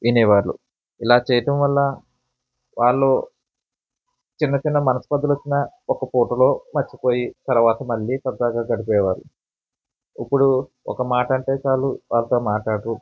వినేవాళ్ళు ఇలా చేయటం వల్ల వాళ్ళు చిన్న చిన్న మనస్పర్థలు వచ్చినా ఒక్క పూటలో మరచిపోయి తరువాత మళ్ళీ సరదాగా గడిపేవాళ్ళు ఇప్పుడు ఒక్క మాట అంటే చాలు వాళ్ళతో మాట్లాడరు